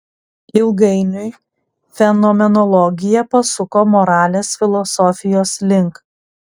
ilgainiui fenomenologija pasuko moralės filosofijos link